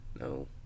No